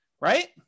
right